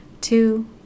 Two